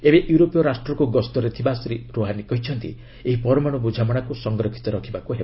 ଏବେ ୟୁରୋପୀୟ ରାଷ୍ଟ୍ରକୃ ଗସ୍ତରେ ଥିବା ଶ୍ରୀ ରୋହାନୀ କହିଛନ୍ତି ଏହି ପରମାଣ୍ର ବ୍ରଝାମଣାକୃ ସଂରକ୍ଷିତ ରଖିବାକୁ ହେବ